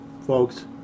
folks